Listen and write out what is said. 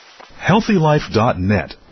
HealthyLife.net